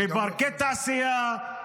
מפארקי תעשייה,